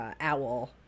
owl